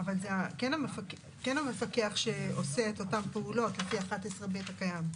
אבל זה כן המפקח שעושה את אותן פעולות לפי 11(ב) הקיים.